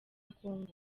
congo